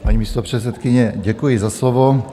Paní místopředsedkyně, děkuji za slovo.